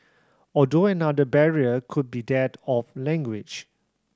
although another barrier could be that of language